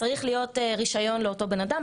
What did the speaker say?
צריך להיות רישיון לאותו בן אדם.